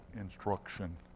instruction